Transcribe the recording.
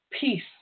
peace